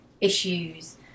issues